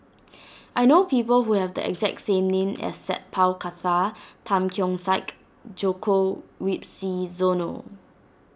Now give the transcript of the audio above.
I know people who have the exact same name as Sat Pal Khattar Tan Keong Saik Djoko Wibisono